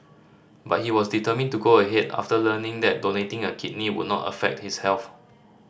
but he was determined to go ahead after learning that donating a kidney would not affect his health